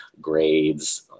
grades